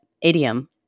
Idiom